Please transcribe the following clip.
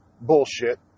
bullshit